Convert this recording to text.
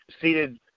seated